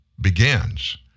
begins